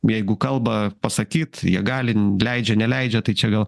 jeigu kalba pasakyt jie gali leidžia neleidžia tai čia gal